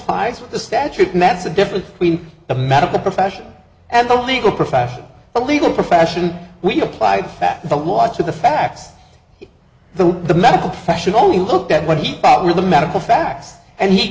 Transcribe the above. complies with the statute and that's the difference between the medical profession and the legal profession the legal profession we applied for that but watching the facts the way the medical profession only looked at what he thought were the medical facts and he